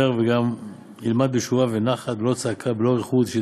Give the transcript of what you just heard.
וגם ילמד בשובה ונחת בלא צעקה בלא אריכות,